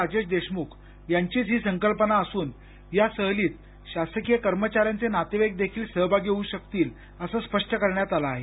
राजेश देशमुख यांचीच ही संकल्पना असून या सहलीत शासकीय कर्मचाऱ्यांचे नातेवाईक देखील सहभागी होऊ शकतील असं स्पष्ट करण्यात आलं आहे